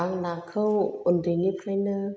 आं नाखौ उन्दैनिफ्रायनो